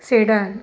sedan